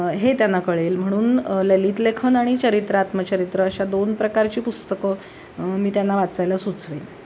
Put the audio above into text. हे त्यांना कळेल म्हणून ललितलेखन आणि चरित्र आत्मचरित्र अशा दोन प्रकारची पुस्तकं मी त्यांना वाचायला सुचवेन